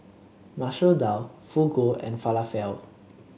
Masoor Dal Fugu and Falafel